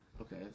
Okay